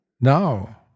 now